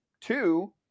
Two